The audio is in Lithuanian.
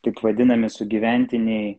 taip vadinami sugyventiniai